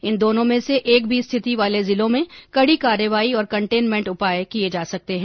इन दोनों में से एक भी स्थिति वाले जिलों में कड़ी कार्रवाई और कंटेनमेंट उपाय किए जा सकते है